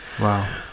Wow